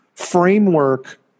framework